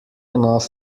enough